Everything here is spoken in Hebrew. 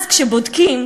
אז כשבודקים,